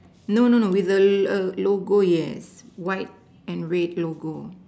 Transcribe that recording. no no no with the logo yes white and red logo